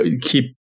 keep